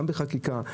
גם בחקיקה.